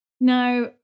Now